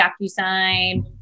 DocuSign